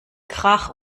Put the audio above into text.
krach